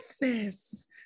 business